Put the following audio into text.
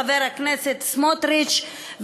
חבר הכנסת סמוטריץ,